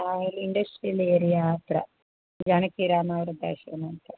ನಾವು ಇಲ್ಲಿ industrial area ಹತ್ರ ಜಾನಕೀರಾಮ ವೃದ್ಧಾಶ್ರಮ ಅಂತ